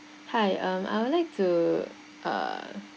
hi um I would like to uh